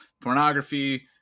pornography